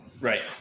Right